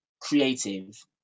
creative